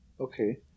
okay